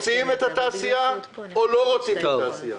רוצים את התעשייה או לא רוצים את התעשייה?